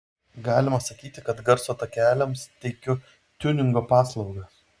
galima sakyti kad garso takeliams teikiu tiuningo paslaugas